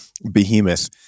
behemoth